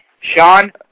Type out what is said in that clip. Sean